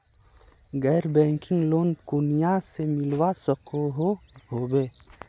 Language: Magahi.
गैर बैंकिंग लोन कुनियाँ से मिलवा सकोहो होबे?